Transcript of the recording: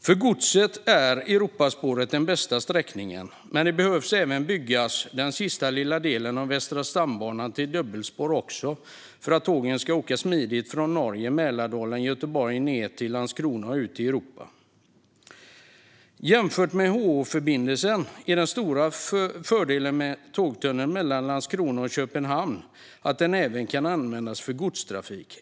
För godset är Europaspåret den bästa sträckningen, men även den sista lilla delen av Västra stambanan behöver byggas ut till dubbelspår för att tågen ska kunna åka smidigt från Norge, Mälardalen och Göteborg ned till Landskrona och ut i Europa. Jämfört med Helsingborg-Helsingör-förbindelsen är den stora fördelen med en tågtunnel mellan Landskrona och Köpenhamn att den även kan användas för godstrafik.